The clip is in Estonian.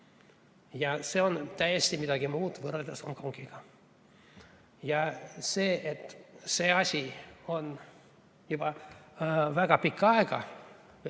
on midagi täiesti teist võrreldes Hongkongiga. Ja see, et see asi on juba väga pikka aega